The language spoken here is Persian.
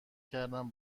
کردم